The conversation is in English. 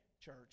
church